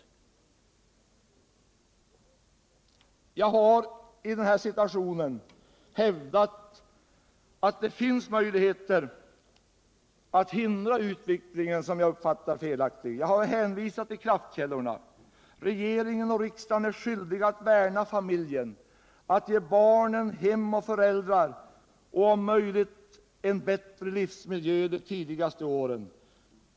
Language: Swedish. Jag har i den här situationen hävdat att det finns möjligheter att hindra en utveckling som jag uppfattar som felaktig. Jag har hänvisat till kraftkällorna. Regeringen och riksdagen är skyldiga att värna om familjen, att ge barnen hem och föräldrar och om möjligt en bättre livsmiljö under de tidigare levnadsåren.